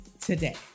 today